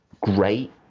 great